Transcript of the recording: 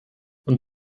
und